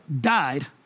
died